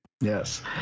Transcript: Yes